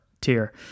Tier